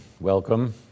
Welcome